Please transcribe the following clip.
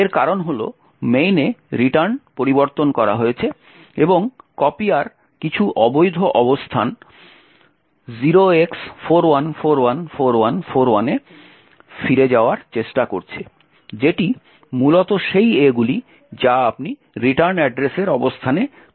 এর কারণ হল main এ রিটার্ন পরিবর্তন করা হয়েছে এবং কপিয়ার কিছু অবৈধ অবস্থান 0x41414141 এ ফিরে যাওয়ার চেষ্টা করছে যেটি মূলত সেই A গুলি যা আপনি রিটার্ন অ্যাড্রেসের অবস্থানে প্রবিষ্ট করিয়েছেন